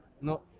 No